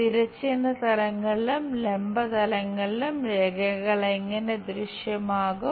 തിരശ്ചീന തലങ്ങളിലും ലംബ തലങ്ങളിലും രേഖകൾ എങ്ങനെ ദൃശ്യമാകും